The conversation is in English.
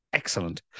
Excellent